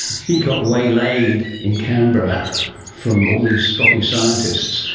he got waylaid in canberra from all these stroppy scientists.